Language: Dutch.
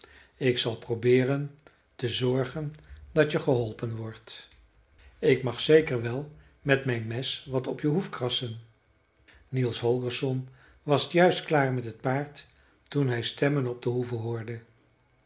ik zal probeeren te zorgen dat je geholpen wordt ik mag zeker wel met mijn mes wat op je hoef krassen niels holgersson was juist klaar met het paard toen hij stemmen op de hoeve hoorde